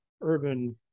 urban